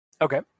Okay